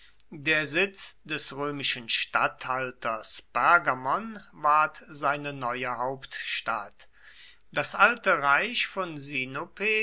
der sitz des römischen statthalters pergamon ward seine neue hauptstadt das alte reich von